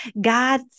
God